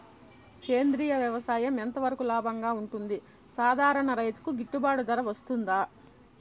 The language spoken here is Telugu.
సేంద్రియ వ్యవసాయం ఎంత వరకు లాభంగా ఉంటుంది, సాధారణ రైతుకు గిట్టుబాటు ధర వస్తుందా?